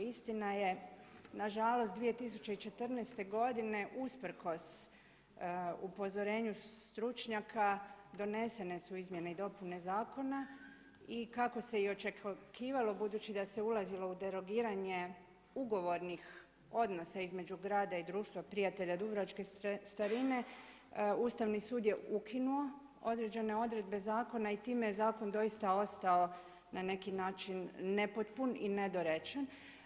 Istina je nažalost 2014. godine usprkos upozorenju stručnjaka donesene su izmjene i dopune zakona i kako se i očekivalo budući da se ulazilo u derogiranje ugovornih odnosa između grada i Društva prijatelja Dubrovačke starine Ustavni sud je ukinuo određene odredbe zakona i time je zakon doista ostao na neki način nepotpun i nedorečeno.